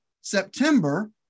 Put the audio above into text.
September